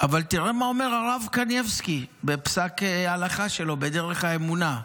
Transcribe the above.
אבל תראה מה אומר הרב קניבסקי בפסק הלכה שלו בדרך האמונה,